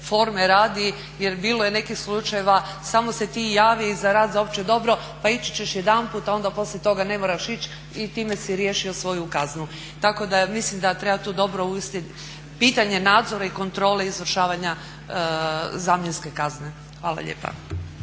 forme radi. Jer bilo je nekih slučajeva, samo se ti javi za rad za opće dobro pa ići ćeš jedanput a onda poslije toga ne moraš ić i time si riješio svoju kaznu. Tako da mislim da treba tu dobro uvesti pitanje nadzora i kontrole izvršavanja zamjenske kazne. Hvala lijepa.